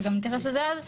וגם נתייחס לזה אז,